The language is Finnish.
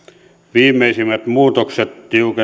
viimeisimmät muutokset